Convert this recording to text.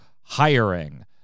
hiring